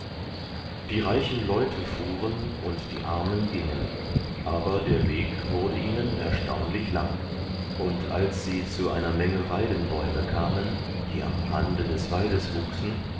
die reichen leute fuhren und die armen gingen aber der weg wurde ihnen erstaunlich lang und als sie zu einer menge weidenbäume kamen die am rande des waldes wuchsen